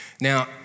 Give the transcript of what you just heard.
Now